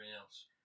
else